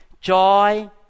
joy